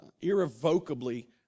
irrevocably